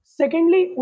secondly